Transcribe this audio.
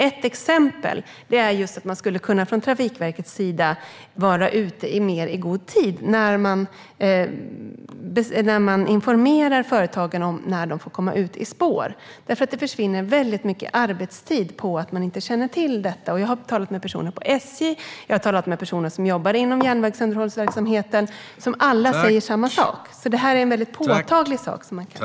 Ett exempel är att Trafikverket är ute i bättre tid när företag ska informeras om när de kan komma ut i spår. Det försvinner mycket arbetstid på att inte ha denna information. Jag har talat med personer på SJ och med personer som jobbar inom underhållsverksamhet på järnvägen, och de säger alla samma sak. Det är en påtaglig fråga som kan åtgärdas.